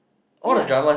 ya